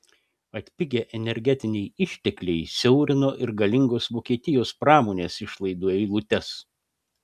atpigę energetiniai ištekliai siaurino ir galingos vokietijos pramonės išlaidų eilutes